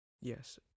Yes